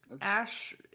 Ash